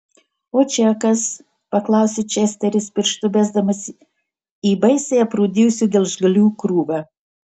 o čia kas paklausė česteris pirštu besdamas į baisiai aprūdijusių gelžgalių krūvą